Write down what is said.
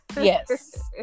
yes